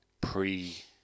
pre